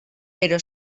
però